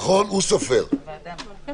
זה קשור לזה שאתה מפריע לי באמצע ההצבעה.